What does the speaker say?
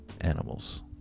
animals